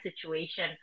situation